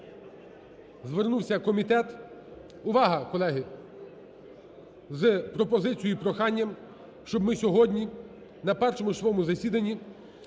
звернувся комітет. Увага, колеги! З пропозицією і проханням, щоб ми сьогодні на першому своєму засіданні